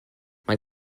man